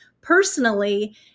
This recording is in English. personally